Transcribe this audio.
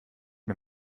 mir